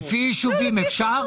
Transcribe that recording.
לפי ישובים אפשר?